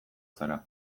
zara